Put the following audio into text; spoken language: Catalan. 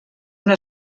una